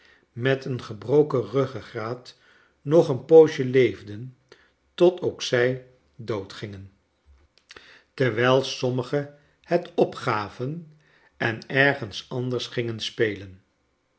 met een gebroken rug gegraat nog een poos'je leefden tot zij ook dood gingen terwijl sommige het opgaven en ergens anders gin gen spelen